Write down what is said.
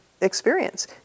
experience